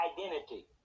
identity